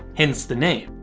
hence the name.